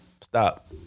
Stop